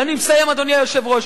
ואני מסיים, אדוני היושב-ראש.